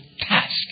task